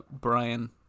Brian